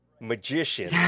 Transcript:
magician